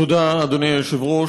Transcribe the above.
תודה, אדוני היושב-ראש.